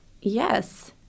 Yes